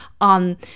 on